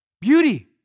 beauty